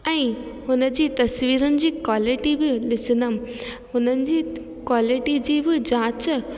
ऐं हुन जी तस्वीरनि जी क्वालिटी बि ॾिसंदमि हुननि जी क्वालिटी जी बि जांच